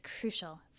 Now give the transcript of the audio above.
crucial